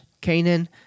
Canaan